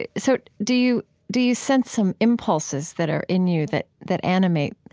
ah so do you do you sense some impulses that are in you that that animate